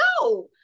no